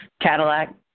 Cadillac